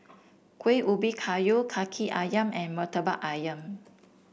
Kuih Ubi Kayu kaki ayam and murtabak ayam